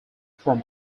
from